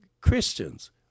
Christians